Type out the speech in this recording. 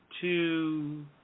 two